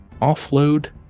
offload